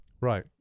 Right